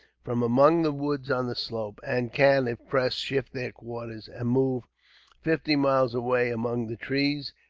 from among the woods on the slopes and can, if pressed, shift their quarters, and move fifty miles away among the trees,